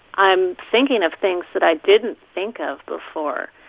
i'm thinking of things that i didn't think of before.